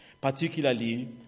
particularly